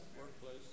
Workplace